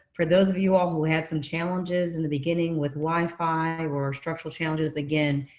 for those of you all who had some challenges in the beginning with wifi or structural challenges, again,